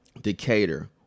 Decatur